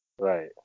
Right